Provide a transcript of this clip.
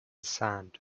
sand